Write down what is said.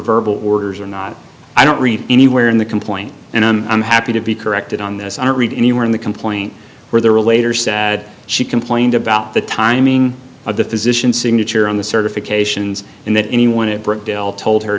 verbal orders or not i don't read anywhere in the complaint and i'm happy to be corrected on this i don't read anywhere in the complaint where there are a later said she complained about the timing of the physician signature on the certifications and that anyone at birkdale told her